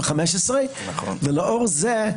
ולאור זה,